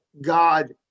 God